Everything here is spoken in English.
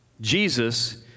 Jesus